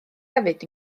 hefyd